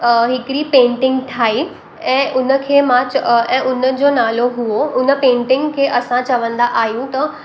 hickory painting ठाही ऐं उनखे मां च अ ऐं उनजो नालो हुओ उन पेंटिंग खे असां चवंदा आहियूं त